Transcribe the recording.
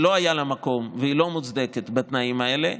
שלא היה לה מקום והיא לא מוצדקת בתנאים האלה,